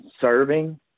serving